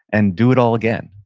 and do it all again,